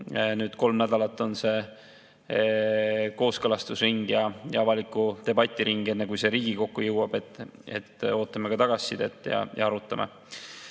kolm nädalat on selle kooskõlastusring ja avaliku debati ring, enne kui see Riigikokku jõuab. Ootame ka tagasisidet ja arutame.